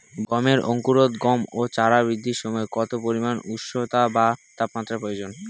গমের অঙ্কুরোদগম ও চারা বৃদ্ধির সময় কত পরিমান উষ্ণতা বা তাপমাত্রা প্রয়োজন?